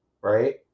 right